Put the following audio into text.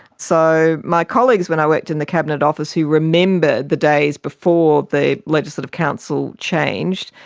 so my colleagues when i worked in the cabinet office who remember the days before the legislative council changed,